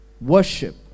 worship